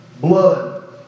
blood